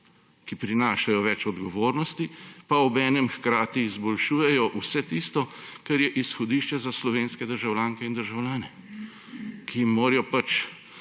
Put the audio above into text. ki prinašajo več odgovornosti pa obenem hkrati izboljšujejo vse tisto, kar je izhodišče za slovenske državljanke in državljane, ki jim morajo pač